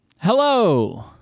Hello